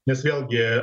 nes vėlgi